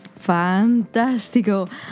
fantástico